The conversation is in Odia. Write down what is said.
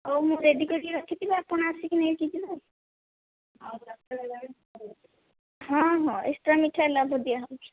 ହେଉ ମୁଁ ରେଡ଼ି କରି ରଖିଥିବି ଆପଣ ଆସିକି ନେଇକି ଯିବେ ହଁ ହଁ ଏକ୍ସଟ୍ରା ମିଠା ଦିଆ ହେଉଛି